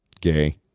Gay